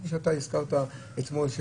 כמו שאתה הזכרת אתמול,